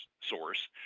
source